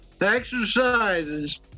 exercises